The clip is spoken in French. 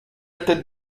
tête